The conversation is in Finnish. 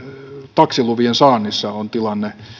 taksilupien saannissa on tilanne